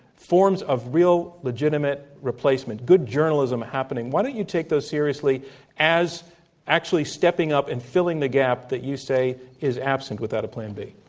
forms of real, legitimate replacement, good journalism happening, why don't you take those seriously as actually stepping up and filling the gap that you say is absent without a plan b.